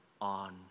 on